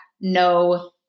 no